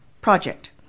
project